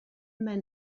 men